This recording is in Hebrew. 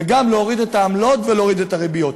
וגם להוריד את העמלות ולהוריד את הריביות.